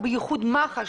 ובייחוד מח"ש,